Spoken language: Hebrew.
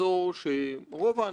השקענו הרבה זמן,